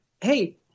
hey